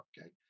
okay